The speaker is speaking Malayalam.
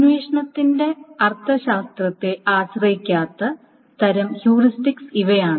അന്വേഷണത്തിന്റെ അർത്ഥശാസ്ത്രത്തെ ആശ്രയിക്കാത്ത തരം ഹ്യൂറിസ്റ്റിക്സ് ഇവയാണ്